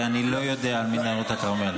אני לא יודע על מנהרות הכרמל.